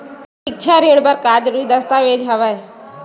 सिक्छा ऋण बर जरूरी दस्तावेज का हवय?